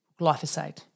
glyphosate